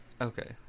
Okay